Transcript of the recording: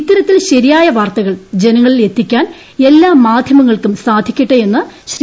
ഇത്തരത്തിൽ ശരിയായ വാർത്തകൾ ജനങ്ങളിൽ എത്തിക്കാൻ എല്ലാ മാധ്യമങ്ങൾക്കും സാധിക്കട്ടെയെന്ന് ശ്രീ